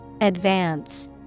Advance